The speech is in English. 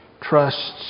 trusts